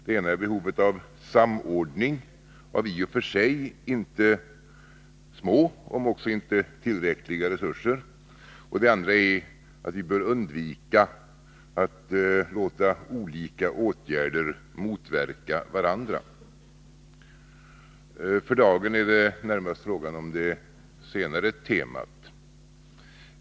Det ena är behovet av samordning av i och för sig ganska stora, om än inte tillräckliga, resurser. Det andra temat är att vi bör undvika att låta olika åtgärder motverka varandra. För dagen är det närmast fråga om det senare temat.